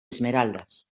esmeraldas